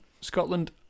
scotland